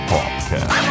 Podcast